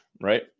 right